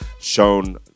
shown